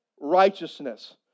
righteousness